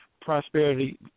prosperity